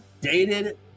dated